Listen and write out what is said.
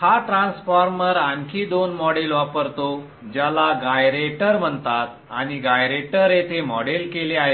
हा ट्रान्सफॉर्मर आणखी दोन मॉडेल वापरतो ज्याला गायरेटर म्हणतात आणि गायरेटर येथे मॉडेल केले आहे